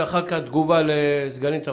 ואחר כך תגובה לסגנית המפקח.